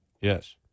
Yes